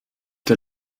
der